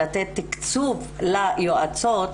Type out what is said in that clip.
לתת תקצוב ליועצות,